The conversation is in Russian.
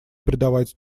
придавать